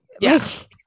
yes